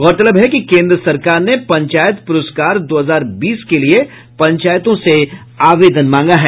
गौरतलब है कि केन्द्र सरकार ने पंचायत पुरस्कार दो हजार बीस के लिए पंचायतों से आवेदन मांगा है